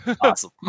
awesome